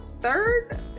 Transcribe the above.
third